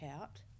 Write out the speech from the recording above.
out